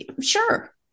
sure